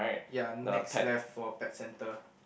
ya next left for pet centre